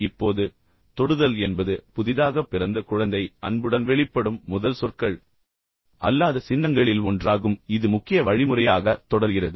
இப்போது தொடுதல் என்பது புதிதாகப் பிறந்த குழந்தை அன்புடன் வெளிப்படும் முதல் சொற்கள் அல்லாத சின்னங்களில் ஒன்றாகும் மேலும் இது முக்கிய வழிமுறையாக தொடர்கிறது